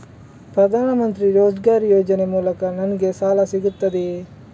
ಪ್ರದಾನ್ ಮಂತ್ರಿ ರೋಜ್ಗರ್ ಯೋಜನೆ ಮೂಲಕ ನನ್ಗೆ ಸಾಲ ಸಿಗುತ್ತದೆಯೇ?